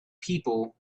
people